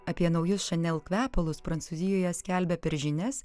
apie naujus šanel kvepalus prancūzijoje skelbia per žinias